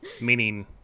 Meaning